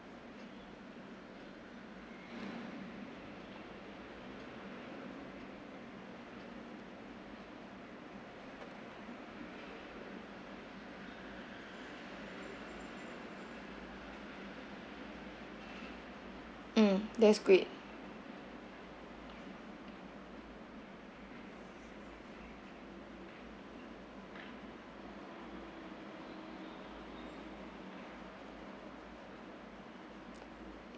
mm that's great